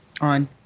on